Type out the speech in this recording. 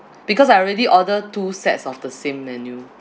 because I already order two sets of the same menu